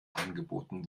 angeboten